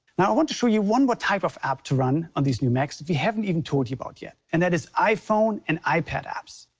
now i want to show you one more but type of app to run on these new macs that we haven't even told you about yet, and that is iphone and ipad apps.